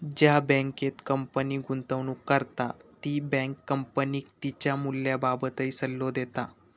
ज्या बँकेत कंपनी गुंतवणूक करता ती बँक कंपनीक तिच्या मूल्याबाबतही सल्लो देता